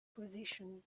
position